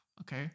Okay